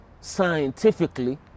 scientifically